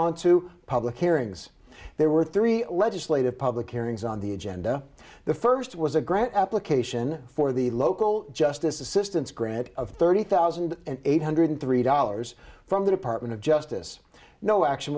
on to public hearings there were three legislative public hearings on the agenda the first was a grant application for the local justice assistance grant of thirty thousand eight hundred three dollars from the department of justice no action